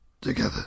together